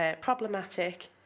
problematic